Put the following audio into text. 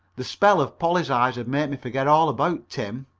the spell of polly's eyes had made me forget all about tim.